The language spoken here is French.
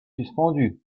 suspendu